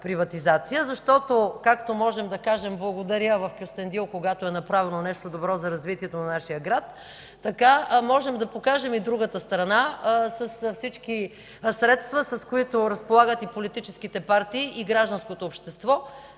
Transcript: защото, както можем да кажем „Благодаря!” в Кюстендил, когато е направено нещо добро за развитието на нашия град, така можем да покажем и другата страна с всички средства, с които разполагат политическите партии и гражданското общество.